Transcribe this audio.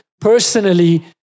personally